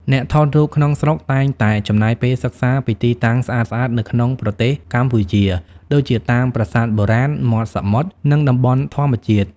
អ្នកថតរូបក្នុងស្រុកតែងតែចំណាយពេលសិក្សាពីទីតាំងស្អាតៗនៅក្នុងប្រទេសកម្ពុជា ដូចជាតាមប្រាសាទបុរាណ មាត់សមុទ្រ និងតំបន់ធម្មជាតិ។